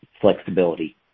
flexibility